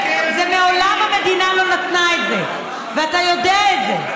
מעולם המדינה לא נתנה את זה, ואתה יודע את זה.